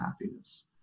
happiness